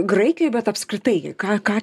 graikijoj bet apskritai ką ką